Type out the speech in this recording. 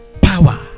power